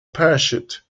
parachute